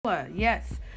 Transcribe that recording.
Yes